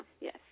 Yes